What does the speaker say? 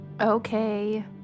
Okay